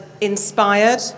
inspired